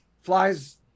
flies